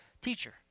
teacher